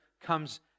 comes